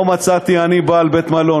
לא מצאתי עני בעל בית-מלון,